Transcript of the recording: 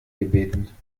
gebeten